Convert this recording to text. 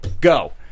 Go